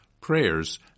prayers